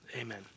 amen